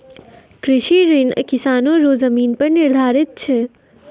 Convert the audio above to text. कृषि ऋण किसानो रो जमीन पर निर्धारित छै